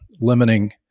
limiting